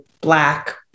black